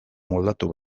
moldatu